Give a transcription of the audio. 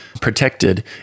protected